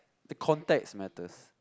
the context matters